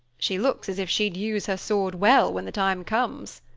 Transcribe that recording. she looks as if she'd use her sword well when the time comes,